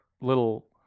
little